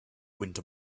into